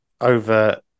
over